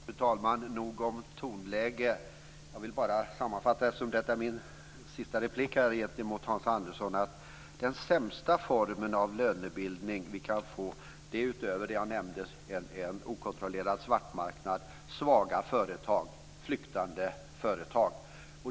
Fru talman! Det är nog om tonlägen. Jag vill i min sista replik mot Hans Andersson sammanfatta att sämsta formen av lönebildning vi kan få, utöver en okontrollerad svartmarknad, är svaga företag, flyktande företag.